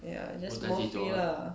ya just more free lah